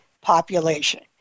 population